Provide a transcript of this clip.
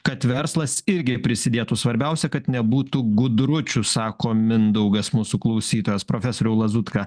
kad verslas irgi prisidėtų svarbiausia kad nebūtų gudručių sako mindaugas mūsų klausytojas profesoriau lazutka